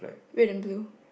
red and blue